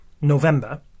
November